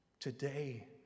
Today